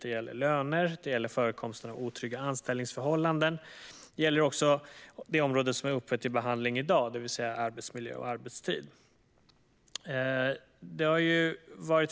Det gäller löner, det gäller förekomsten av otrygga anställningsförhållanden och det gäller det område som är uppe till behandling i dag, det vill säga arbetsmiljö och arbetstid.